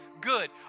good